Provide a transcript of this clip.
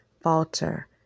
falter